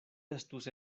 estus